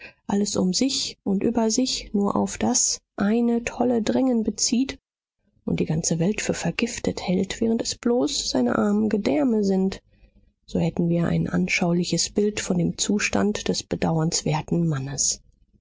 alles um sich und über sich nur auf das eine tolle drängen bezieht und die ganze welt für vergiftet hält während es bloß seine armen gedärme sind so hätten wir ein anschauliches bild von dem zustand des bedauernswerten mannes